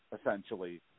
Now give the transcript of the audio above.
essentially